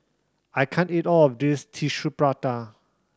I can't eat all of this Tissue Prata